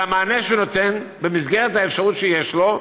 והמענה שהוא נותן במסגרת האפשרות שיש לו,